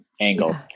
angle